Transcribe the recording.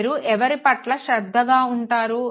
మీరు ఎవరి పట్ల శ్రద్ధగా ఉంటారు